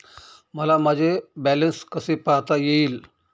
मला माझे बॅलन्स कसे पाहता येईल?